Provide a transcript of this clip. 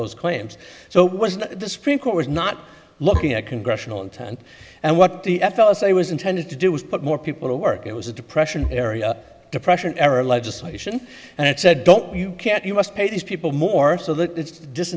those claims so it was the supreme court was not looking at congressional intent and what the f l say was intended to do was put more people to work it was a depression area depression era legislation and it said don't you can't you must pay these people more so that it's